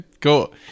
cool